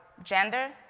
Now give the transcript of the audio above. Gender